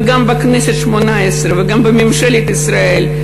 גם בכנסת השמונה-עשרה וגם בממשלת ישראל.